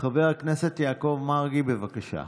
חבר הכנסת יעקב מרגי, בבקשה.